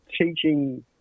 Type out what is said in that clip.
teaching